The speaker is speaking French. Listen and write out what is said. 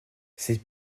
ces